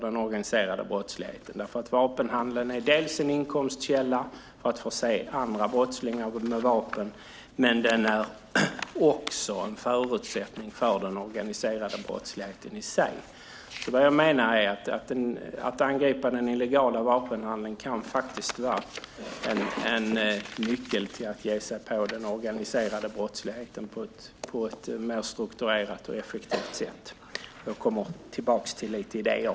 Den organiserade brottsligheten är dubbel, för vapenhandeln är dels en inkomstkälla för att förse andra brottslingar med vapen, dels en förutsättning för den organiserade brottsligheten i sig. Att angripa den illegala vapenhandeln kan faktiskt vara en nyckel till att ge sig på den organiserade brottsligheten på ett mer strukturerat och effektivt sätt. Jag kommer tillbaka till lite idéer.